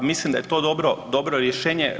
Pa mislim da je to dobro rješenje.